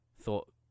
thought